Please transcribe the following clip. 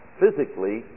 physically